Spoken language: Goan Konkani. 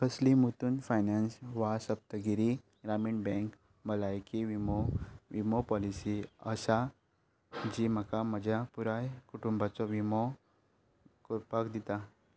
कसली मुथूट फायनान्स वा सप्तगिरी ग्रामीण बँक भलायकी विमो विमो पॉलिसी आसा जी म्हाका म्हज्या पुराय कुटुंबाचो विमो करपाक दिता